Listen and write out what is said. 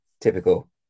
Typical